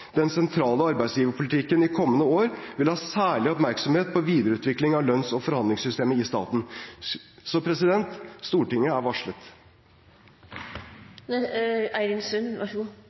den sentrale arbeidsgiverpolitikken de kommende år vil ha særlig oppmerksomhet på videreutvikling av lønns- og forhandlingssystemet i staten. – Så Stortinget er varslet. Stortinget er varslet, som statsråden har sagt, på den måten. Men Stortinget har